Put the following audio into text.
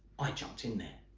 i jumped in there.